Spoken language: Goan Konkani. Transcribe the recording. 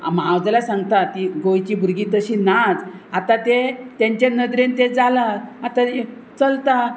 हांव जाल्यार सांगता तीं गोंयची भुरगीं तशीं नाच आतां तें तेंचे नदरेन तें जालां आतां चलता